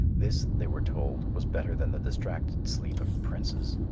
this, they were told, was better than the distracted sleep of princes.